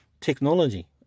technology